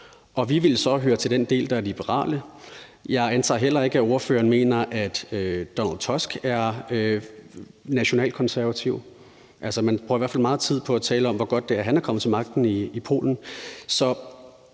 Vi ville så høre til den del, der er liberal. Jeg antager heller ikke, at ordføreren mener, at Donald Tusk er nationalkonservativ. Man bruger i hvert fald meget tid på at tale om, hvor godt det er, han er kommet til magten i Polen.